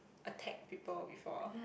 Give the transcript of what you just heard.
attack people before